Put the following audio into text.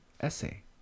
essay